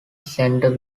center